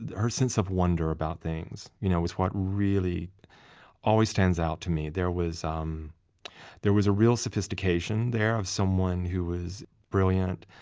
her sense of wonder about things you know was what really always stands out to me. there was um there was a real sophistication there of someone who was extremely brilliant,